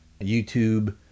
YouTube